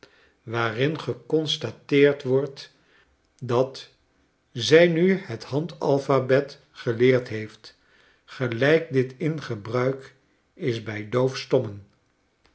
waaringeconstateerd wordt dat zij nu het hand alphabet geleerd heeft gelijk dit in gebruik is bij